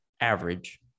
average